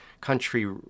Country